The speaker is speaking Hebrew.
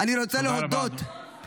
אני רוצה להודות -- תודה רבה.